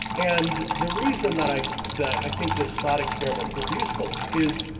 and the reason that i that i think this thought experiment is useful is,